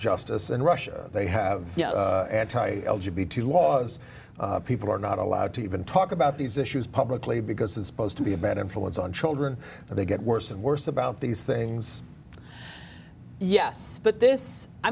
justice and russia they have to be two laws people are not allowed to even talk about these issues publicly because it's supposed to be a bad influence on children but they get worse and worse about these things yes but this i